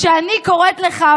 כשאני קוראת לך,